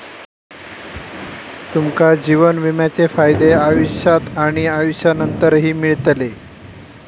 तुमका जीवन विम्याचे फायदे आयुष्यात आणि आयुष्यानंतरही मिळतले